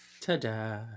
Ta-da